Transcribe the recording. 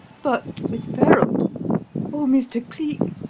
but, with ferralt oh, mr. cleek,